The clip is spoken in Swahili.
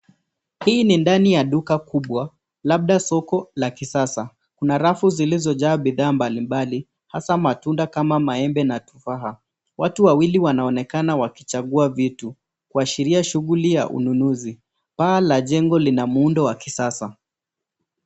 Hii ni ndani ya duka kubwa labda soko la kisasa, kuna rafu zilizojaa bidhaa mbali mbali hasa matunda kama maembe na tofaha. Watu wawili wanaonekana wakichagua vitu kuashiria shughuli ya ununuzi paa la jengo lina muundo wa kisasa.